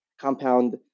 Compound